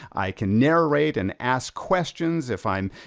i can narrate, and ask questions, if i'm,